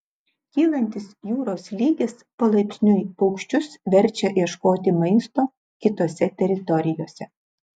kylantis jūros lygis palaipsniui paukščius verčia ieškoti maisto kitose teritorijose